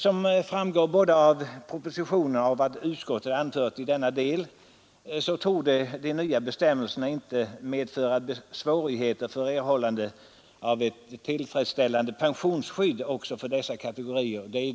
Som framgår både av propositionen och av vad utskottet anfört i denna del torde de nya bestämmelserna inte medföra några svårigheter för erhållande av ett tillfredsställande pensionsskydd även för dessa kategorier.